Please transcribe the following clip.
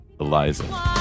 Eliza